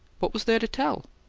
what was there to tell?